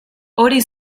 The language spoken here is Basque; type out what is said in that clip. hori